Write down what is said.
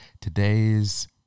today's